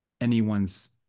anyone's